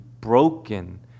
broken